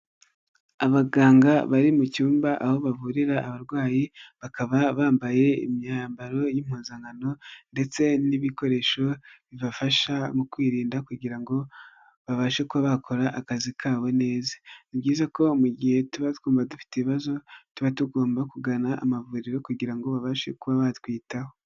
Abaganga bari mu cyumba aho bavurira abarwayi bakaba bambaye imyambaro y'impuzankano ndetse n'ibikoresho bibafasha mu kwirinda kugira ngo babashe kuba bakora akazi kabo neza ni byiza ko mu gihe tuba twumva dufite ibibazo tuba tugomba kugana amavuriro kugira ngo babashe kuba batwitaho.